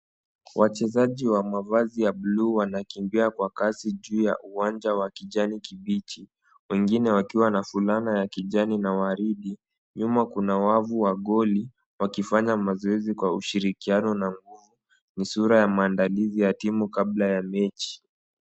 Wachezaji wa mavazi ya bluu wanakimbia kwa kasi juu ya uwanja wa kijani kibichi, wengine wakiwa na fulana ya kijani na waridi. Nyuma kuna wavu wa goli wakifanya mazoezi kwa ushirikiano na nguvu. Ni sura ya maandalizi ya timu kabla ya mechi.